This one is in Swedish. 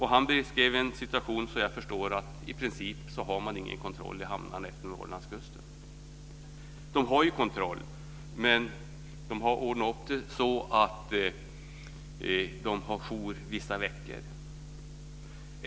Han beskrev situationen så att jag förstod att det i princip inte finns någon kontroll i hamnarna utefter Norrlandskusten. Kontrollen har ordnats så att det är jour vissa veckor.